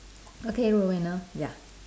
okay Roanna ya